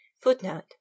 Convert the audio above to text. Footnote